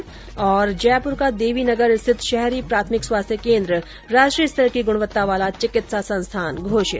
् जयपुर का देवीनगर स्थित शहरी प्राथमिक स्वास्थ्य केन्द्र राष्ट्रीय स्तर की गृणवत्ता वाला चिकित्सा संस्थान घोषित